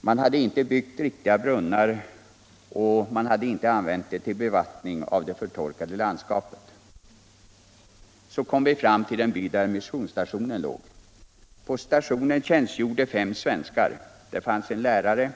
Man hade inte byggt riktiga brunnar eller anordningar för bevattning av det förtorkade landskapet. Så kom vi fram till den by där missionsstationen låg. På stationen tjänstgjorde fem svenskar. Där fanns en lärare,